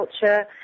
culture